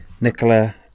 Nicola